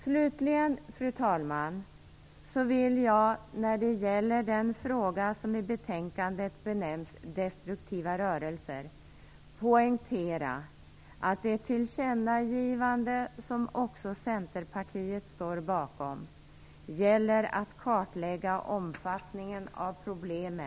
Slutligen, fru talman, vill jag när det gäller frågan om det som i betänkandet benämns "destruktiva rörelser", poängtera att det tillkännagivande som också Centerpartiet står bakom, handlar om att kartlägga omfattningen av problemet.